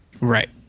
right